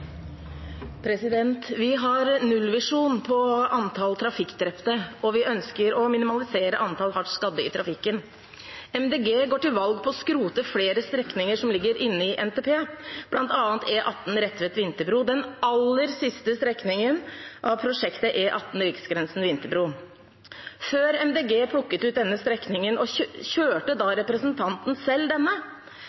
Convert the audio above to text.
vi ønsker å minimalisere antallet hardt skadde i trafikken. Miljøpartiet De Grønne går til valg på å skrote flere strekninger som ligger inne i NTP, bl.a. E18 Retvet–Vinterbro, den aller siste strekningen av prosjektet E18 Riksgrensen–Vinterbro. Før Miljøpartiet De Grønne plukket ut denne strekningen, kjørte representanten den selv, og